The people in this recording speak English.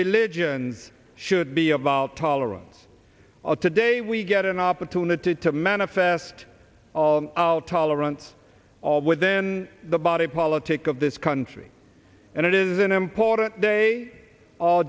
religion should be about tolerance of today we get an opportunity to manifest all out tolerance all within the body politic of this country and it is an important day